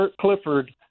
Clifford